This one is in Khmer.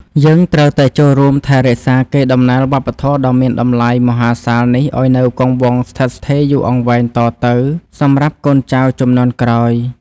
យើងត្រូវតែចូលរួមថែរក្សាកេរដំណែលវប្បធម៌ដ៏មានតម្លៃមហាសាលនេះឱ្យនៅគង់វង្សស្ថិតស្ថេរយូរអង្វែងតទៅសម្រាប់កូនចៅជំនាន់ក្រោយ។